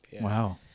Wow